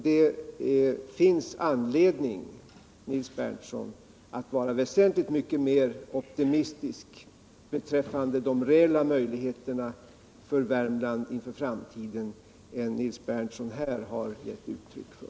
Det finns anledning att vara väsentligt mycket mer optimistisk beträffande de reella möjligheterna för Värmland inför framtiden än Nils Berndtson här har gett uttryck för.